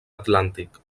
atlàntic